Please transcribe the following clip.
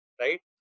right